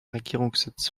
regierungssitz